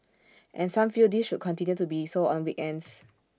and some feel this should continue to be so on weekends